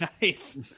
nice